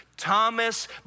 Thomas